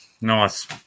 Nice